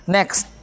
Next